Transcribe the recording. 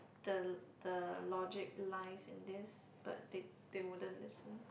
the the logic lies in this but they they wouldn't listen